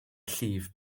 llif